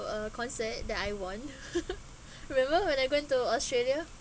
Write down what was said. a the concert that I won remember when I went to australia